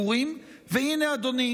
העומס בבית המשפט העליון של מדינת